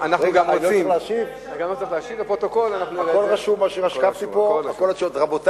מתלונות רבות של הציבור הרחב במגזר הערבי